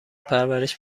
پرورش